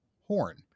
Horn